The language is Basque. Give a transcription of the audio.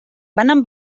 banan